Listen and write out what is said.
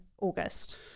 August